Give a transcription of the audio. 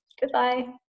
Goodbye